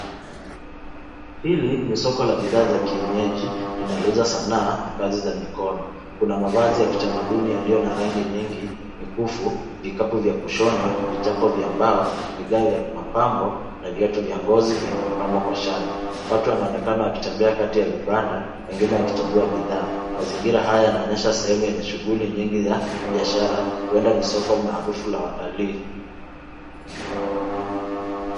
Hili ni soko la bidhaa za kienyeji, linalouza sanaa na kazi za mikono. Kuna mavazi ya kitamaduni yaliyona rangi nyingi, mikufu, vikapu vya kushona, vichapo vya mbao, vigae vya kimapambo, na viatu vya ngozi vilivyopambwa kwa shanga. Watu wanaonekana wakitembea kati ya vibanda, wengine wakichagua bidhaa. Mazingira haya yanaonyesha sehemu yenye shughuli nyingi za biashara, huenda ni soko maarufu la watalii.